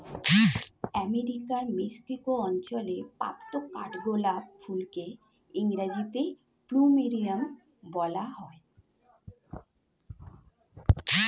আমেরিকার মেক্সিকো অঞ্চলে প্রাপ্ত কাঠগোলাপ ফুলকে ইংরেজিতে প্লুমেরিয়া বলা হয়